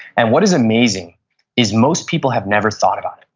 and what is amazing is most people have never thought about it.